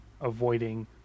avoiding